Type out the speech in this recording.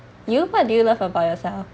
you what do you love about yourself